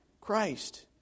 Christ